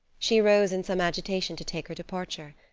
she arose in some agitation to take her departure.